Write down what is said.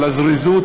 על הזריזות,